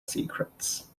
secrets